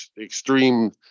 extreme